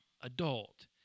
adult